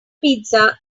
pizza